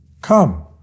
Come